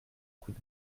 coup